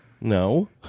No